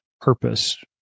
purpose